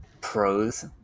pros